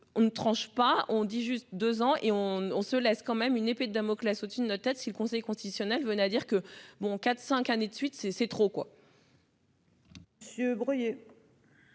on ne tranche pas, on dit juste 2 ans et on on se laisse quand même une épée de Damoclès au-dessus de nos têtes. Si le Conseil constitutionnel venait à dire que bon, quatre, cinq années de suite c'est c'est